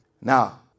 Now